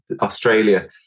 Australia